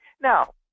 now